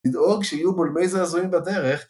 ‫לדאוג שיהיו בולמי זעזועים בדרך.